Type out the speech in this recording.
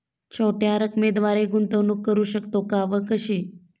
छोट्या रकमेद्वारे गुंतवणूक करू शकतो का व कशी?